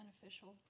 beneficial